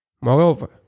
Moreover